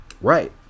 Right